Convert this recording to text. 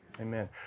Amen